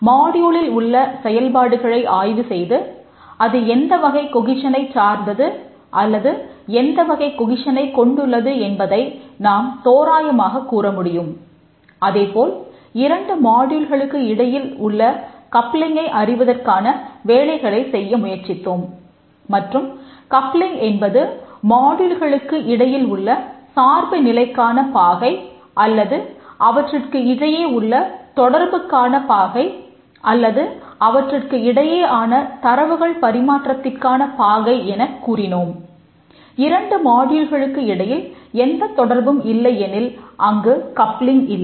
மாடியூலின் இடையில் எந்த தொடர்பும் இல்லை எனில் அங்கு கப்ளிங் இல்லை